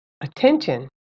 attention